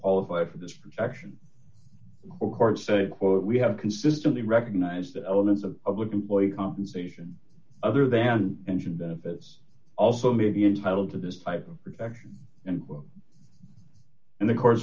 qualify for this protection court say quote we have consistently recognized elements of public employee compensation other than engine benefits also may be entitled to this type of protection and in the cour